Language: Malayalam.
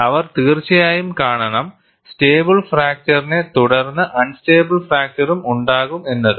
അവർ തീർച്ചയായും കാണണം സ്റ്റേബിൾ ഫ്രാക്ചർനെ തുടർന്ന് അൺസ്റ്റേബിൾ ഫ്രാക്ചറും ഉണ്ടാകും എന്നത്